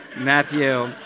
Matthew